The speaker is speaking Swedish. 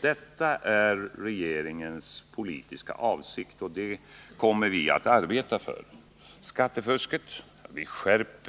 Detta är regeringens politiska avsikt, och detta kommer vi att arbeta för. Lars Werner talade också om skattefusket. Till det vill